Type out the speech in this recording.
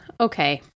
okay